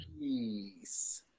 Peace